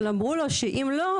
אבל אמרו לו שאם לא,